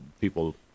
people